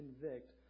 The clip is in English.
convict